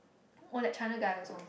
oh that China guy also